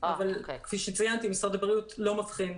אבל כפי שציינתי משרד הבריאות לא מבחין.